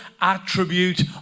attribute